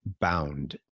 bound